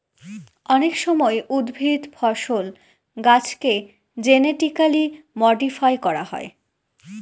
অনেক সময় উদ্ভিদ, ফসল, গাছেকে জেনেটিক্যালি মডিফাই করা হয়